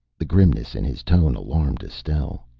the grimness in his tone alarmed estelle.